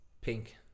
Pink